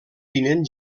tinent